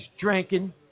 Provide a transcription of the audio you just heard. drinking